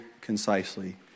concisely